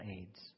aids